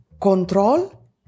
control